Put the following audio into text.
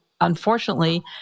unfortunately